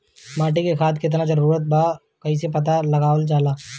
माटी मे खाद के कितना जरूरत बा कइसे पता लगावल जाला?